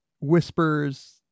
whispers